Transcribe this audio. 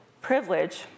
privilege